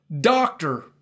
doctor